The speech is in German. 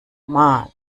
mal